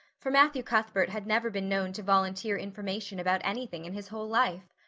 for matthew cuthbert had never been known to volunteer information about anything in his whole life.